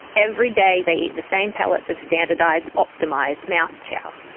every day they eat the same pellets of standardised, optimised mouse chow.